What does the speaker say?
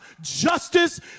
justice